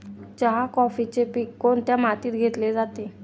चहा, कॉफीचे पीक कोणत्या मातीत घेतले जाते?